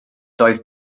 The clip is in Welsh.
doedd